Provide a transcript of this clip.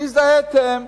הזדהיתם,